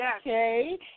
okay